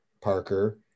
Parker